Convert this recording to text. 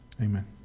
amen